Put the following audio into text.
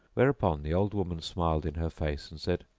whereupon the old woman smiled in her face and said,